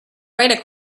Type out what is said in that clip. right